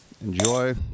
Enjoy